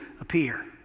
appear